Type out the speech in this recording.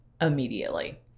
immediately